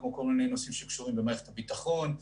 כמו נושאים שקשורים למערכת הביטחון,